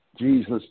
Jesus